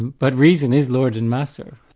but reason is lord and master.